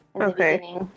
Okay